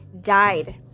died